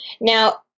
Now